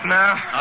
now